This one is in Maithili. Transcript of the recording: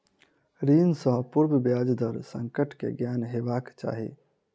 ऋण सॅ पूर्व ब्याज दर संकट के ज्ञान हेबाक चाही